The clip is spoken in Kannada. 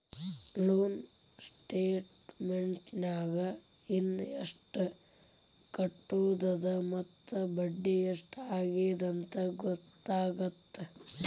ಲೋನ್ ಸ್ಟೇಟಮೆಂಟ್ನ್ಯಾಗ ಇನ ಎಷ್ಟ್ ಕಟ್ಟೋದದ ಮತ್ತ ಬಡ್ಡಿ ಎಷ್ಟ್ ಆಗ್ಯದಂತ ಗೊತ್ತಾಗತ್ತ